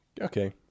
Okay